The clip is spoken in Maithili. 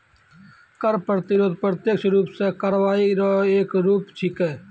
कर प्रतिरोध प्रत्यक्ष रूप सं कार्रवाई रो एक रूप छिकै